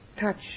touch